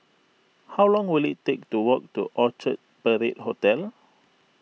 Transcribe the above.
how long will it take to walk to Orchard Parade Hotel